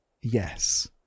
yes